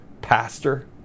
pastor